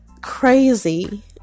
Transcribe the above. crazy